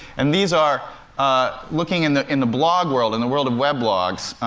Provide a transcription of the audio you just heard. and these are ah looking in the in the blog world and the world of weblogs.